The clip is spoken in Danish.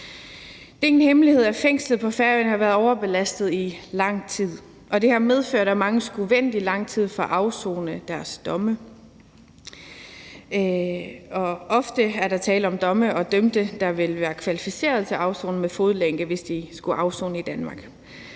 Det er ingen hemmelighed, at fængslet på Færøerne har været overbelastet i lang tid. Og det har medført, at mange skulle vente i lang tid for at afsone deres domme. Ofte er der tale om dømte, der ville være kvalificeret til afsoning med fodlænke, hvis de skulle afsone i Danmark.